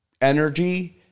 energy